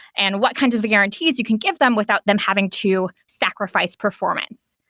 and what kind of the guarantees you can give them without them having to sacrifice performance,